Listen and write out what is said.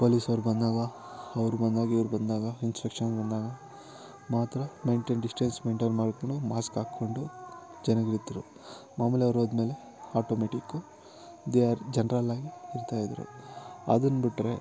ಪೋಲಿಸವ್ರು ಬಂದಾಗ ಅವ್ರು ಬಂದಾಗ ಇವ್ರು ಬಂದಾಗ ಇನ್ಸ್ಪೆಕ್ಷನ್ನಿಗೆ ಬಂದಾಗ ಮಾತ್ರ ಮೇಂಟೇನ್ ಡಿಸ್ಟೆನ್ಸ್ ಮೇಂಟೇನ್ ಮಾಡಿಕೊಂಡು ಮಾಸ್ಕ್ ಹಾಕ್ಕೊಂಡು ಜನಗಳಿದ್ದರು ಮಾಮೂಲಿ ಅವ್ರು ಹೋದ್ಮೇಲೆ ಆಟೋಮೆಟಿಕು ದೇ ಆರ್ ಜನರಲ್ಲಾಗಿ ಇರ್ತಾಯಿದ್ದರು ಅದನ್ನು ಬಿಟ್ಟರೆ